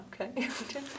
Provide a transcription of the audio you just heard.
Okay